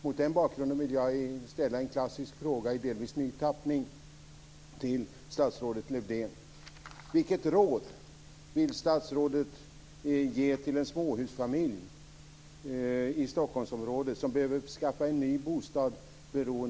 Mot denna bakgrund vill jag ställa en klassisk fråga i delvis ny tappning till statsrådet Lövdén: